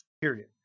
Period